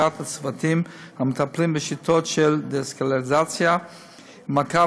הכשרת הצוותים המטפלים בשיטות של דה-אסקלציה ומעקב